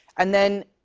and then,